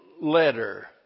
letter